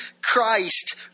Christ